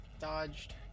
dodged